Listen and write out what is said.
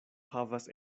havas